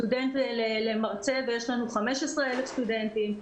סטודנט למרצה, ויש לנו 15,000 סטודנטים.